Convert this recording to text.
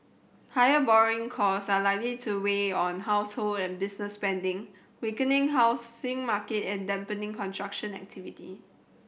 higher borrowing cost are likely to weigh on household and business spending weaking housing market and dampening construction activity